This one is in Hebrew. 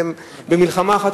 הם במלחמה אחת,